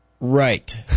right